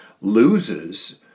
loses